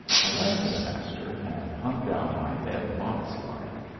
i ran to the master and hung down my head modest-like,